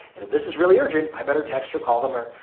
and if this is really urgent, i better text or call them or,